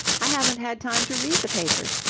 i haven't had time to read the papers.